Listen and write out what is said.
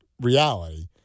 reality